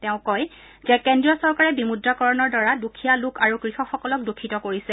তেওঁ কয় যে কেন্দ্ৰীয় চৰকাৰে বিমূদ্ৰাকৰণৰ দ্বাৰা দুখীয়া লোক আৰু কৃষকসকলক দুঃখিত কৰিছে